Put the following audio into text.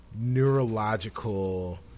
neurological